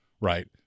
Right